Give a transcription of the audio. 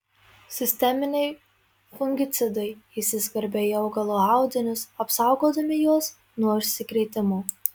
sisteminiai fungicidai įsiskverbia į augalo audinius apsaugodami juos nuo užsikrėtimo